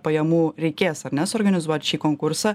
pajamų reikės ar ne suorganizuoti šį konkursą